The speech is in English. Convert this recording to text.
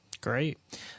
Great